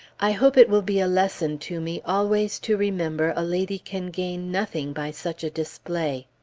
i hope it will be a lesson to me always to remember a lady can gain nothing by such display.